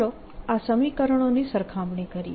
ચાલો આ સમીકરણોની સરખામણી કરીએ